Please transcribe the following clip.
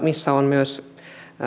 missä on myös